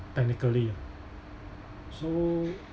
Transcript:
technically ah so